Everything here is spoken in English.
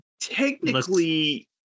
technically